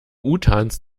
utans